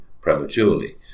prematurely